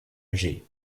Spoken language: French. alger